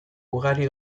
ugari